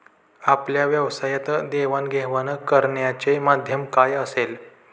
आपल्या व्यवसायात देवाणघेवाण करण्याचे माध्यम काय असेल?